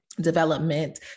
development